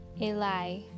Eli